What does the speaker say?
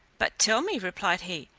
but tell me, replied he,